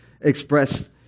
expressed